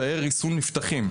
תאי ריסון נפתחים.